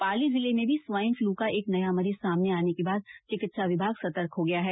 पाली जिले में भी स्वाईन फ्लू का एक नया मरीज सामने आने के बाद चिकित्सा विभाग सतर्क हो गया है